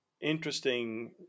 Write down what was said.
interesting